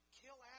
kill